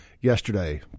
yesterday